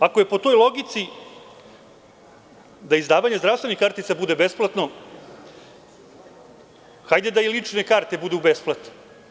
Ako je po toj logici da izdavanje zdravstvenih kartica bude besplatno, haje da i lične karte budu besplatne.